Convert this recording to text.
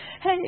Hey